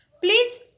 Please